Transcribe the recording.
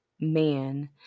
man